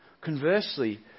Conversely